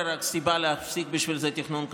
אני רק לא רואה סיבה להפסיק בשביל זה תכנון כפרי.